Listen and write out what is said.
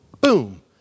boom